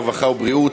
הרווחה והבריאות